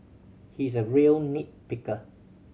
he is a real nit picker